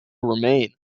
remain